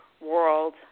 World